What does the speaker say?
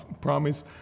promise